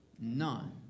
none